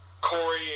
Corey